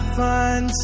find